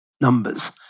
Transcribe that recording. numbers